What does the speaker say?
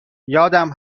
یادم